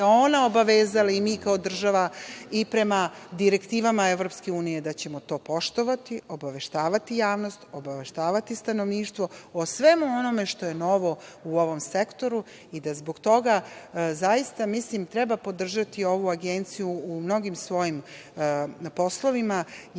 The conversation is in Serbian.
ona obavezala i mi kao država i prema direktivama EU da ćemo to poštovati, obaveštavati javnost, obaveštavati stanovništvo, o svemu onome što je novo u ovom sektoru, i da zbog toga mislim da zaista treba podržati ovu Agenciju u mnogim svojim poslovima. Danas